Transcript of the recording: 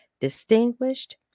distinguished